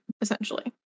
essentially